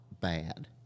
bad